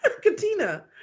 Katina